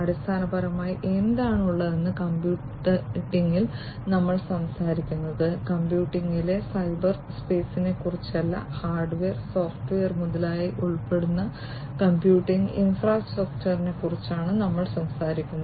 അടിസ്ഥാനപരമായി എന്താണ് ഉള്ളതെന്ന് കമ്പ്യൂട്ടിംഗിൽ നമ്മൾ സംസാരിക്കുന്നത് കമ്പ്യൂട്ടിംഗിലെ സൈബർസ്പേസിനെക്കുറിച്ചല്ല ഹാർഡ്വെയർ സോഫ്റ്റ്വെയർ മുതലായവ ഉൾപ്പെടുന്ന കമ്പ്യൂട്ടിംഗ് ഇൻഫ്രാസ്ട്രക്ചറിനെക്കുറിച്ചാണ് ഞങ്ങൾ സംസാരിക്കുന്നത്